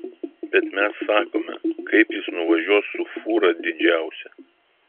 bet mes sakome kaip jis nuvažiuos su fūra didžiausia